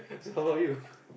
so how about you